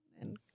and-